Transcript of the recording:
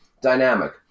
dynamic